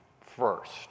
first